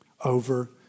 over